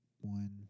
One